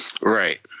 Right